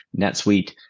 NetSuite